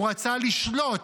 הוא רצה לשלוט.